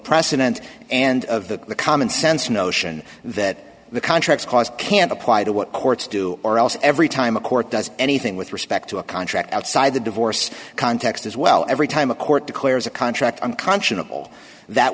precedent and of the common sense notion that the contracts cause can't apply to what courts do or else every time a court does anything with respect to a contract outside the divorce context as well every time a court declares a contract unconscionable that